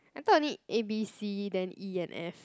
I thought only A B C then E and F